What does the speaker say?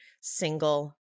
single